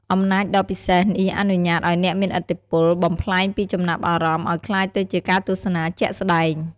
អំណាចដ៏ពិសេសនេះអនុញ្ញាតឱ្យអ្នកមានឥទ្ធិពលបំប្លែងពីចំណាប់អារម្មណ៍ឱ្យក្លាយទៅជាការទស្សនាជាក់ស្តែង។